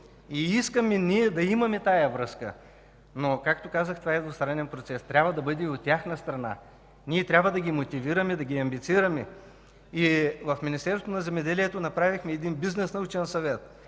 Искаме ние да имаме тази връзка, но както казах, това е двустранен процес. Трябва да бъде и от тяхна страна. Ние трябва да ги мотивираме, да ги амбицираме. И в Министерството на земеделието направихме един Бизнес научен съвет,